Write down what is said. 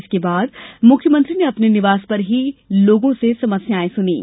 इसके बाद मुख्यमंत्री ने अपने निवास पर ही गांव के लोगों की समस्याएं सुनीं